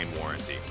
warranty